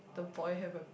the boy have a